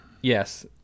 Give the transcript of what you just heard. Yes